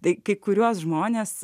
tai kai kuriuos žmones